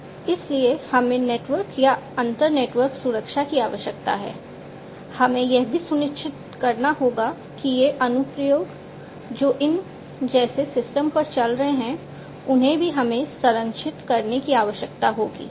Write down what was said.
इसलिए हमें नेटवर्क या अंतर नेटवर्क सुरक्षा की आवश्यकता है हमें यह भी सुनिश्चित करना होगा कि ये अनुप्रयोग जो इन जैसे सिस्टम पर चल रहे हैं उन्हें भी हमें संरक्षित करने की आवश्यकता होगी